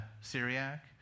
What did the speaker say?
Syriac